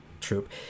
troop